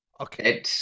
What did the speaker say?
Okay